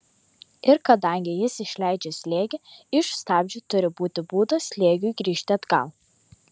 ir kadangi jis išleidžia slėgį iš stabdžių turi būti būdas slėgiui grįžti atgal